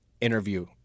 interview